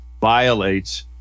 violates